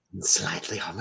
slightly